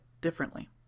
differently